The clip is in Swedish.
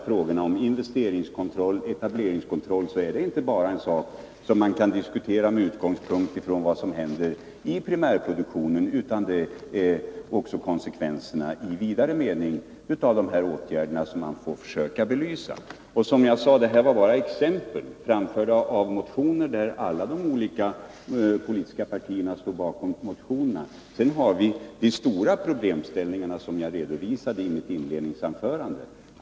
Frågorna om investeringskontroll och etableringskontroll kan man exempelvis inte bara diskutera med utgångspunkt i vad som händer i primärproduktionen, utan man får också försöka belysa konsekvenserna i vidare mening av dessa åtgärder. Som jag sade var detta bara exempel, framförda i motioner som alla de olika politiska partierna står bakom. Sedan har vi de stora problemställningarna som jag redovisade i mitt inledningsanförande.